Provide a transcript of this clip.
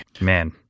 man